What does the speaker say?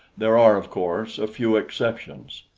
there are, of course, a few exceptions.